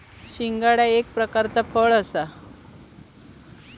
शिंगाडा एक प्रकारचा फळ हा